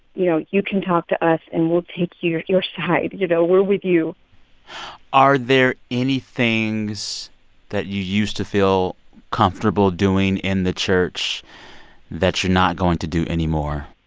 you know, you can talk to us, and we'll take your your side. you know, we're with you are there any things that you used to feel comfortable doing in the church that you're not going to do anymore?